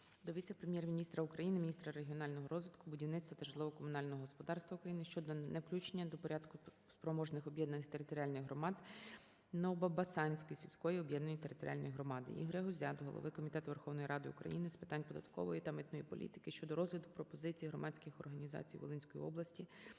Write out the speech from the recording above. Віце-прем’єр-міністра України - міністра регіонального розвитку, будівництва та житлово-комунального господарства України щодоневключення до порядку спроможних об'єднаних територіальних громад Новобасанської сільської об'єднаної територіальної громади. ІгоряГузя до Голови Комітету Верховної Ради України з питань податкової та митної політики щодо розгляду пропозицій громадських організацій Волинської області